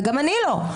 וגם אני לא.